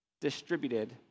distributed